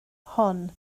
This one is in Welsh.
hon